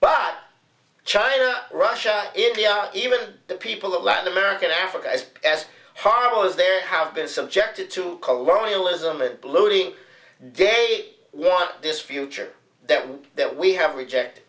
by china russia india even the people of latin america africa is as far as there have been subjected to colonialism and bloating they want this future that we that we have rejected